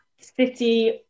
City